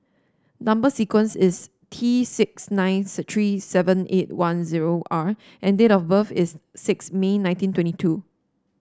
number sequence is T six nine three seven eight one zero R and date of birth is six May nineteen twenty two